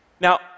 Now